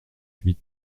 huit